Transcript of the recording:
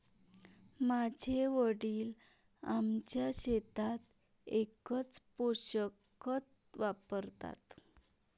माझे वडील आमच्या शेतात एकच पोषक खत वापरतात